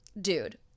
Dude